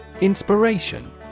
Inspiration